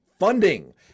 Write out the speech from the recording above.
Funding